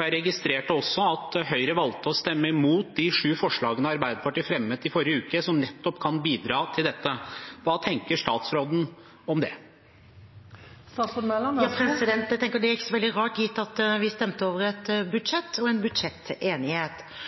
Jeg registrerte også at Høyre valgte å stemme imot de sju forslagene Arbeiderpartiet fremmet i forrige uke som nettopp kan bidra til dette. Hva tenker statsråden om det? Jeg tenker at det ikke er så veldig rart, gitt at vi stemte over et